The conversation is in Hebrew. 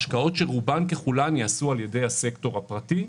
שרובן ככולן ייעשו על ידי הסקטור הפרטי.